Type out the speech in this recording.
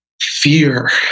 fear